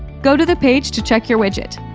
go to the page to check your widget.